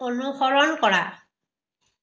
অনুসৰণ কৰা